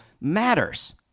matters